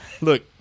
Look